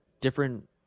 different